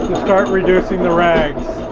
start reducing the rags